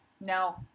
no